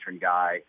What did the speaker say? guy